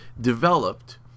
developed